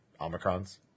Omicron's